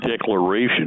declaration